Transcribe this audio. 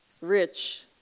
Rich